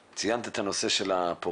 ציינת את הנושא של הפוריות.